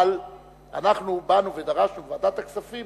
אבל אנחנו באנו ודרשנו בוועדת הכספים,